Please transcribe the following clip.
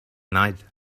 night